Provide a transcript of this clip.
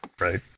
right